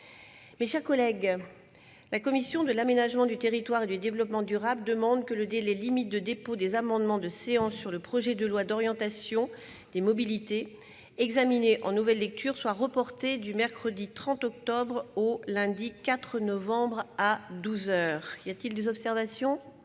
Mes chers collègues, la commission de l'aménagement du territoire et du développement durable demande que le délai limite de dépôt des amendements de séance sur le projet de loi d'orientation des mobilités examiné en nouvelle lecture soit reporté du mercredi 30 octobre au lundi 4 novembre à douze heures. Y a-t-il des observations ?